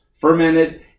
fermented